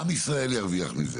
עם ישראל ירוויח מזה.